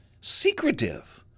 secretive